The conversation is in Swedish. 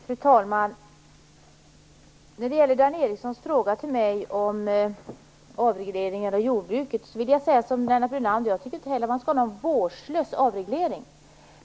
Fru talman! Som svar på Dan Ericssons fråga om avregleringen inom jordbruket vill jag säga som Lennart Brunander: Jag tycker inte heller att man skall ha någon vårdslös avreglering.